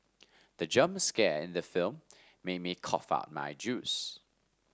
the jump scare in the film made me cough out my juice